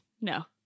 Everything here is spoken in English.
no